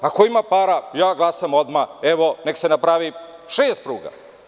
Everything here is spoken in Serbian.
Ako ima para, ja glasam odmah, evo neka se napravi šest pruga.